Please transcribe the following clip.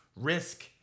Risk